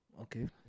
Okay